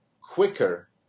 quicker